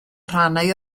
rhannau